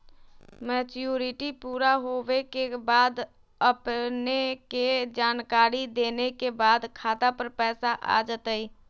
Maturity पुरा होवे के बाद अपने के जानकारी देने के बाद खाता पर पैसा आ जतई?